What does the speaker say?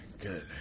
Good